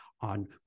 On